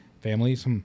Families